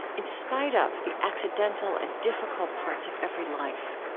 in spite of the accidental and difficult parts of every life.